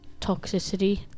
toxicity